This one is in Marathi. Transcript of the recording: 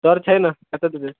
टॉर्च आहे ना हातातच आहे